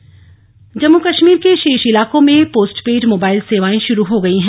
postpaid सेवाएं जम्मू कश्मीर के शेष इलाकों में पोस्टपेड मोबाइल सेवाएं शुरू हो गई हैं